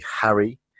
harry